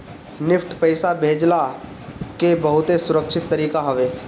NEFT पईसा भेजला कअ बहुते सुरक्षित तरीका हवे